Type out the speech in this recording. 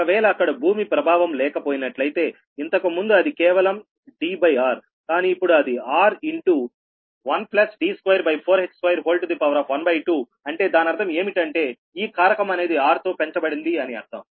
ఒకవేళ అక్కడ భూమి ప్రభావం లేకపోయినట్లయితే ఇంతకుముందు అది కేవలం Drకానీ ఇప్పుడు అది r ఇన్ టూ 1D24h212అంటే దానర్థం ఏమిటి అంటే ఈ కారకం అనేది r తో పెంచబడింది అని అర్థం